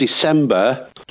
December